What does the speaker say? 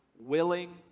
willing